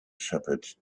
shepherd